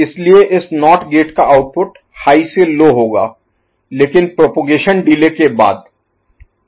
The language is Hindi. इसलिए इस नॉट गेट का आउटपुट हाई से लो होगा लेकिन प्रोपगेशन डिले Propagation Delay प्रचार देरी के बाद